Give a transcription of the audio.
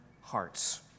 hearts